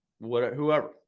whoever